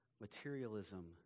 materialism